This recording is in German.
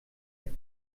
app